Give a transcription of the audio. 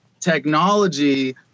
technology